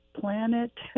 planet